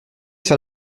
sur